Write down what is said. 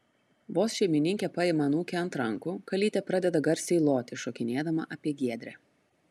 vos šeimininkė paima anūkę ant rankų kalytė pradeda garsiai loti šokinėdama apie giedrę